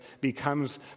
becomes